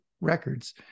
records